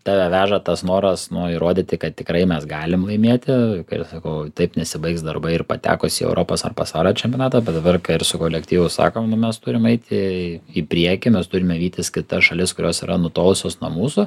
tave veža tas noras nu įrodyti kad tikrai mes galim laimėti ir sakau taip nesibaigs darbai ir patekus į europos ar pasaulio čempionatą bet dabar ką ir su kolektyvu sakom mes turim eiti į į priekį mes turime vytis kitas šalis kurios yra nutolusios nuo mūsų